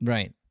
Right